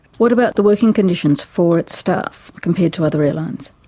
what about the working conditions for its staff compared to other airlines?